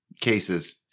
cases